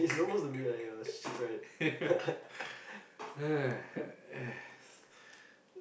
!aiya!